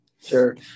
sure